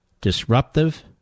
disruptive